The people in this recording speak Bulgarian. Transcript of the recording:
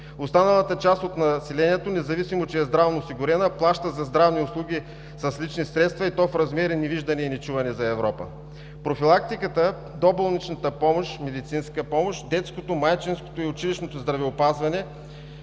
Останалата част от населението независимо, че е здравно осигурено, плаща за здравни услуги с лични средства и то в размери невиждани и нечувани за Европа. Профилактиката, доболничната медицинска помощ, детското, майчинското и училищното здравеопазване,